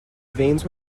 veins